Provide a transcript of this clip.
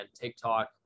TikTok